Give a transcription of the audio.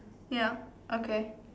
ya okay